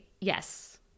Yes